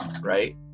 right